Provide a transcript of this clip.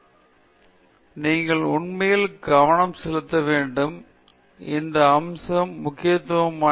எனவே நீங்கள் உண்மையில் கவனம் செலுத்த வேண்டும் இந்த அம்சம் முக்கியத்துவம் கொடுக்க